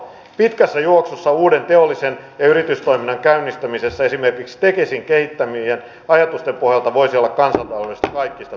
pitkässä juoksussa uuden teollisen ja yritystoiminnan käynnistäminen esimerkiksi tekesin kehittämien ajatusten pohjalta voisi olla kansantaloudellisesti kaikista tuottavinta